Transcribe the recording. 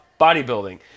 bodybuilding